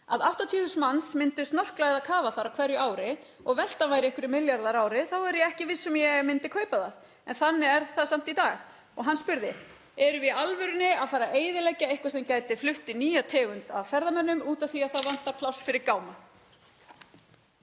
80.000 manns myndu snorkla eða kafa þar á hverju ári og veltan væri einhverjir milljarðar á ári þá er ég ekki viss um að ég myndi kaupa það, en þannig er það samt í dag. Og hann spurði: Erum við í alvörunni að fara að eyðileggja eitthvað sem gæti flutti inn nýja tegund af ferðamönnum út af því að það vantar pláss fyrir gáma?